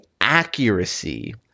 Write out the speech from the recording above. accuracy